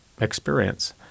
experience